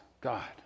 God